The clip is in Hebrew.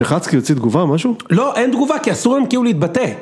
יחצקי יוציא תגובה, משהו? לא, אין תגובה, כי אסור לנו כאילו להתבטא